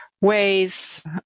ways